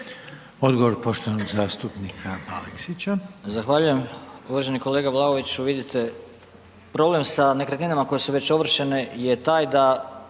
Odgovor poštovanog zastupnika Stazića.